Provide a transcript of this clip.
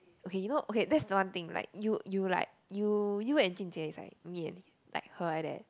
okay you know okay that's the one thing like you you like you you and jun-jie is like me and her like that